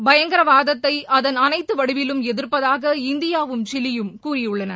பயங்கரவாதத்தை அதன் அனைத்து வடிவிலும் எதிர்ப்பதாக இந்தியாவும் சிலியும் கூறியுள்ளன